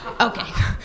Okay